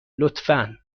لطفا